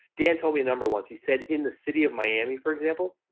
dan told me number once. he said in the city of miami for example,